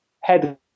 head